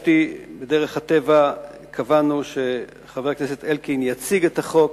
בדרך הטבע קבענו שחבר הכנסת אלקין יציג את החוק,